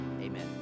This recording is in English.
Amen